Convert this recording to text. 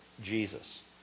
Jesus